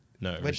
No